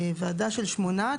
ועדה של שמונה.